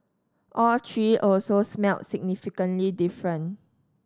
all three also smelled significantly different